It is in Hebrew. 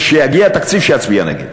וכשיגיע התקציב שיצביע נגד.